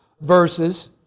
verses